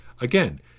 Again